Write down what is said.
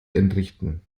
entrichten